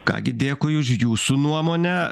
ką gi dėkui už jūsų nuomonę